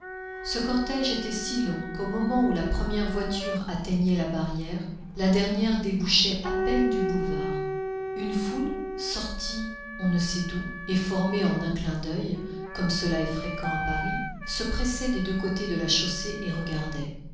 ce cortège était si long qu'au moment où la première voiture atteignait la barrière la dernière débouchait à peine du boulevard une foule sortie on ne sait d'où et formée en un clin d'oeil comme cela est fréquent à paris se pressait des deux côtés de la chaussée et regardait